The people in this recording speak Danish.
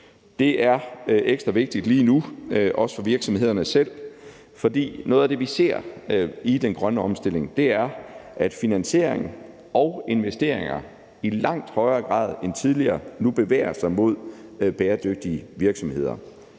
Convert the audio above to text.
Det er ekstra vigtigt lige nu, også for virksomhederne selv, for noget af det, vi ser i den grønne omstilling, er, at finansiering og investeringer i langt højere grad end tidligere nu bevæger sig mod bæredygtige virksomheder